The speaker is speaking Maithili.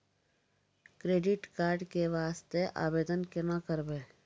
क्रेडिट कार्ड के वास्ते आवेदन केना करबै?